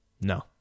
No